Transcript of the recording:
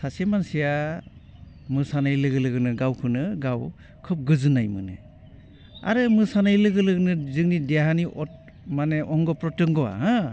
सासे मानसिया मोसानाय लोगो लोगोनो गावखौनो गाव खोब गोजोन्नाय मोनो आरो मोसानाय लोगो लोगोनो जोंनि देहानि माने अंग' फ्रथंग'आ हो